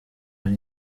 ari